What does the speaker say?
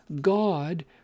God